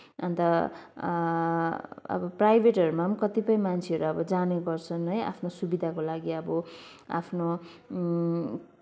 अन्त अब प्राइभेटहरूमा पनि कतिपय मान्छेहरू अब जाने गर्छन् है आफ्नो सुविधाको लागि अब आफ्नो